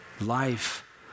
life